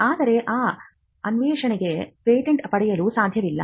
ಆದರೆ ಆ ಅನ್ವೇಷಣೆಗೆ ಪೇಟೆಂಟ್ ಪಡೆಯಲು ಸಾಧ್ಯವಿಲ್ಲ